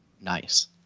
Nice